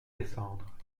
descendre